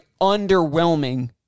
underwhelming